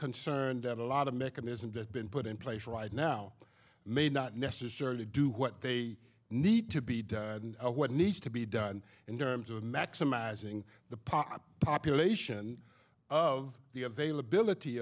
concerned that a lot of mechanisms that been put in place right now may not necessarily do what they need to be done and what needs to be done in terms of maximizing the pot population of the availability